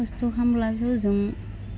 खस्थ' खालामब्लासो जों